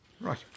Right